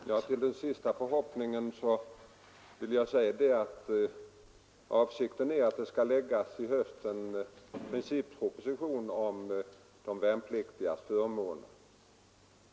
Herr talman! Till den sista förhoppningen vill jag säga att avsikten är att det i höst skall läggas fram en principproposition om de värnpliktigas förmåner.